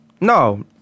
no